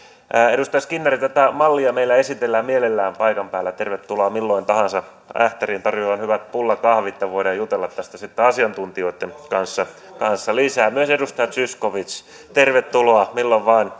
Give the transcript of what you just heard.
edustaja skinnari tätä mallia meillä esitellään mielellään paikan päällä tervetuloa milloin tahansa ähtäriin tarjoan hyvät pullakahvit ja voidaan jutella tästä sitten asiantuntijoitten kanssa kanssa lisää myös edustaja zyskowicz tervetuloa milloin vain